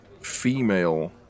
female